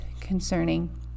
concerning